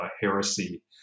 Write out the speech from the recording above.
heresy